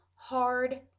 hard